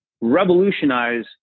revolutionize